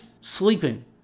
sleeping